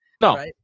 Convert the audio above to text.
No